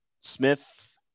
Smith